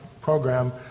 program